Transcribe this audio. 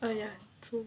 ah ya true